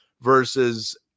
versus